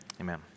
Amen